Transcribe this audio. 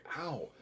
ow